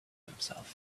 himself